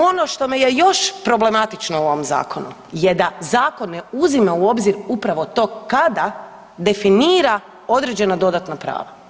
Ono što mi je još problematično u ovom zakonu je da zakon ne uzima u obzir upravo to kada definira određena dodatna prava.